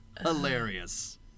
Hilarious